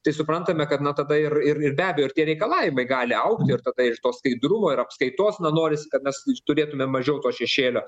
tai suprantame kad na tada ir ir be abejo ir tie reikalavimai gali augti ir tada ir to skaidrumo ir apskaitos na norisi kad mes turėtumėm mažiau to šešėlio